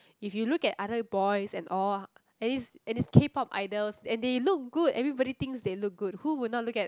if you look at other boys and all and is and is K-Pop idols and they look good everybody think they look good who will not look at